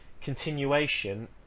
continuation